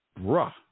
bruh